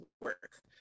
work